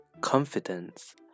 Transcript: confidence